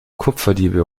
kupferdiebe